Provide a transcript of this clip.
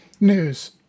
news